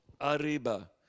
Arriba